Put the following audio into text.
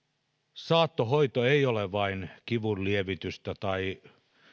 saattohoito ei ole vain kivunlievitystä tai